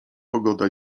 pogoda